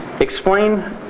explain